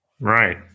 Right